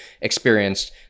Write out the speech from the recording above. experienced